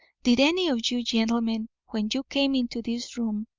did any of you gentlemen, when you came into this room,